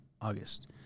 August